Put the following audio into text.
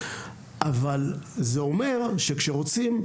אבל זה אומר שכשרוצים,